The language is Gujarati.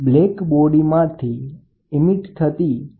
તેથી તેમની વચ્ચેનો ઉર્જાના વિનિમયનો ચોખ્ખો દર આ રીતે આપી શકાય